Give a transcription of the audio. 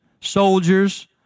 soldiers